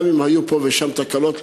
גם אם היו פה ושם תקלות.